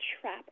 trap